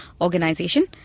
organization